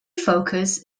focus